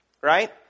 right